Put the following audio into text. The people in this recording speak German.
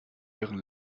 ihren